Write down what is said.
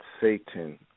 Satan